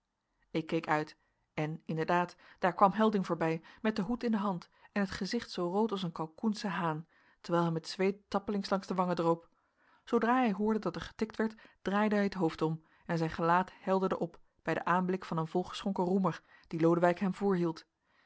ik keek uit en inderdaad daar kwam helding voorbij met den hoed in de hand en het gezicht zoo rood als een kalkoensche haan terwijl hem het zweet tappelings langs de wangen droop zoodra hij hoorde dat er getikt werd draaide hij het hoofd om en zijn gelaat helderde op bij den aanblik van een volgeschonken roemer dien lodewijk hem voorhield